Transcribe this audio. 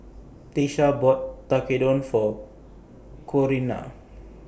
Tiesha bought Tekkadon For Corinna